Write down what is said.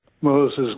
Moses